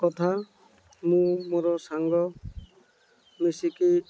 କଥା ମୁଁ ମୋର ସାଙ୍ଗ ମିଶିକି